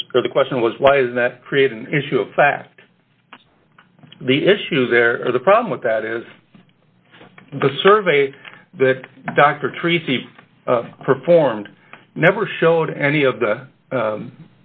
was the question was why is that create an issue of fact the issues there are the problem with that is the survey that dr tree she performed never showed any of the